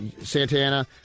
Santana